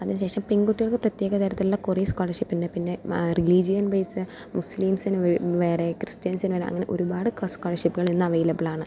അതിന് ശേഷം പെൺകുട്ടികൾക്ക് പ്രത്യേക തരത്തിലുള്ള കുറെ സ്കോളർഷിപ്പുണ്ട് പിന്നെ മ റിലിജിയൻ ബേസ് മുസ്ലിംസിനു വേ വേറെ ക്രിസ്ത്യൻസിന് വേറെ അങ്ങനെ ഒരുപാട് സ്കോളർഷിപ്പുകൾ ഇന്ന് അവൈലബിൾ ആണ്